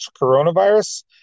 coronavirus